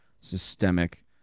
systemic